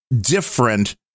different